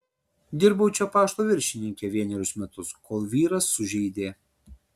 dirbau čia pašto viršininke vienerius metus kol vyras sužeidė